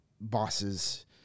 bosses